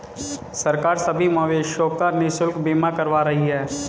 सरकार सभी मवेशियों का निशुल्क बीमा करवा रही है